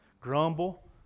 grumble